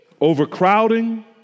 overcrowding